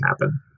happen